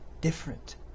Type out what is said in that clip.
different